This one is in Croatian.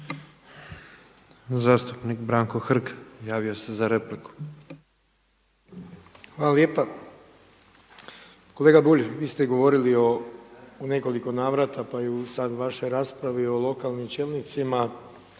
Zastupnik Branko Hrg javio se za repliku. **Hrg, Branko (HDS)** Hvala lijepa. Kolega Bulj, vi ste govorili o u nekoliko navrata pa i u sada vašoj raspravi o lokalnim čelnicima